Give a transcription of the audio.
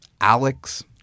Alex